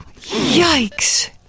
Yikes